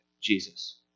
Jesus